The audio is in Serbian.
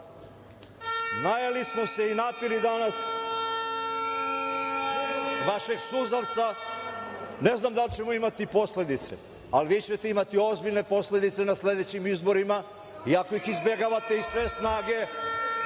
su. Najeli ste se i napili danas vašeg suzavca. Ne znam da li ćemo imati posledice, ali vi ćete imati ozbiljne posledice na sledećim izborima, iako ih izbegavate iz sve snage.